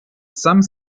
some